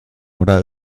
oder